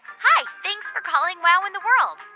hi. thanks for calling wow in the world.